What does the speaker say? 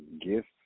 gifts